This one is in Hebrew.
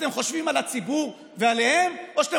אתם חושבים על הציבור ועליהם או שאתם